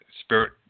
Spirit